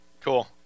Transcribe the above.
Cool